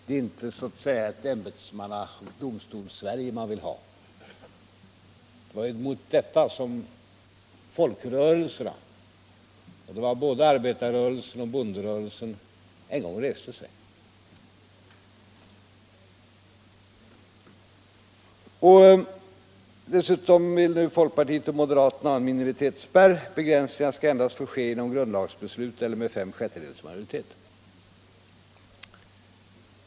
Det är inte så att säga ett Ämbetsmannaoch Domstolssverige vi vill ha. Det var mot detta som folkrörelserna — både arbetarrörelsen och bonderörelsen — en gång reste sig. Dessutom vill folkpartiet och moderaterna ha en minoritetsspärr. Begränsningar skall endast få ske genom grundlagsbeslut eller med fem sjättedels majoritet.